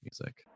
music